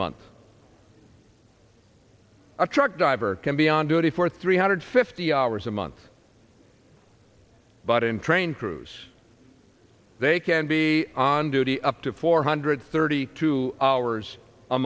month a truck driver can be on duty for three hundred fifty hours a month but in train crews they can be on duty up to four hundred thirty two hours a